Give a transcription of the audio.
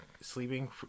sleeping